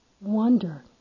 wonder